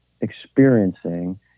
experiencing